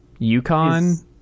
UConn